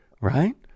Right